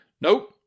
nope